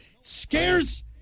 scares